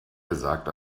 gesagt